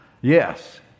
Yes